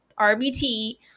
RBT